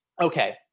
okay